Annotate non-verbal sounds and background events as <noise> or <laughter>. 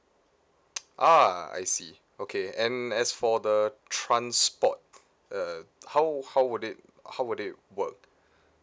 <noise> ah I see okay and as for the transport uh how how would it how would it work